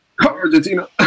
Argentina